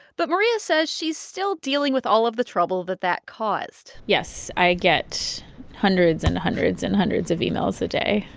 but maria says she's still dealing with all of the trouble that that caused yes, i get hundreds and hundreds and hundreds of emails a day.